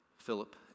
Philip